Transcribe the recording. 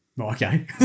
okay